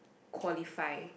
qualify